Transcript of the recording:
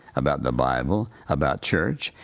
about the bible, about church.